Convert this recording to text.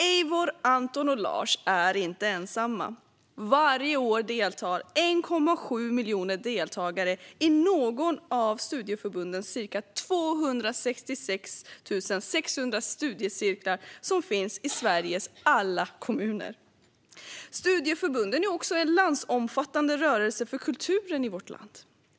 Eivor, Anton och Lars är inte ensamma. Varje år deltar 1,7 miljoner personer i någon av studieförbundens ca 266 600 studiecirklar som finns i Sveriges alla kommuner. Studieförbunden är också en landsomfattande rörelse för kulturen i vårt land.